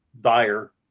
dire